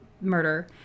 murder